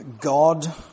God